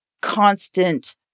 constant